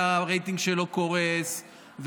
שהרייטינג שלו קורס,